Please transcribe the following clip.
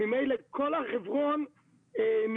ממילא כל הר חברון ניזוק